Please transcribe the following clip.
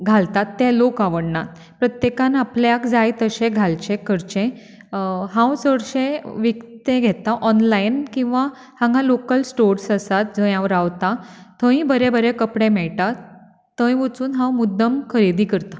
जे घालतात ते लोक आवडनात प्रत्येकान आपल्याक जाय तशें घालचें करचें हांव चडशें विकतें घेता ऑनलायन किवा हांगा लॉकल स्टोर्स आसात जंय हांव रावतां थंय बरे बरे कपडे मेळटात थंय वचून हांव मुद्दम खरेदी करता